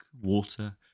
water